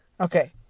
Okay